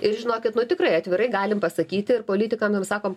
ir žinokit nu tikrai atvirai galim pasakyti ir politikam ir sakom